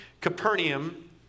Capernaum